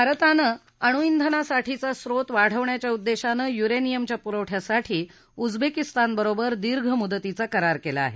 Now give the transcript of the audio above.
भारतानं अणुइंधनासाठीचा स्त्रोत वाढवण्याच्या उद्देशानं युरेनियमच्या पुरवठ्यासाठी उजबेकिस्तानबरोबर दीर्घ मुदतीचा करारा केला आहे